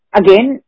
again